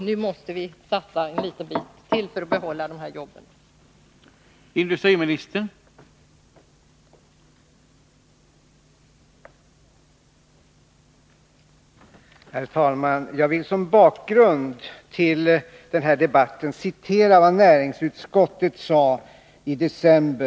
Vi måste satsa litet till för att behålla de jobb som nu är hotade.